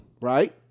Right